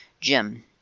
Jim